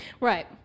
right